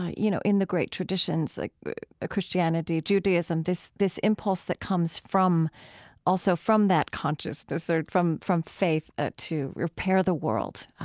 ah you know, in the great traditions like christianity, judaism this this impulse that comes also from that consciousness or from from faith ah to repair the world.